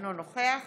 אינו נוכח